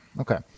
okay